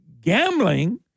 gambling